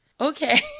Okay